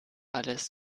alles